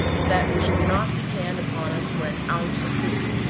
and that they should not depend upon us for an ounce of food.